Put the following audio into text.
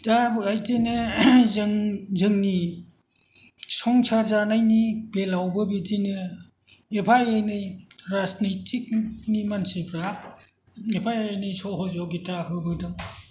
दा बिदिनो जों जोंनि संसार जानायनि बेलायावबो बिदिनो एफा एनै राजनितिकनि मानसिफ्रा एफा एनै सहजगिता होबोदों